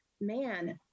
man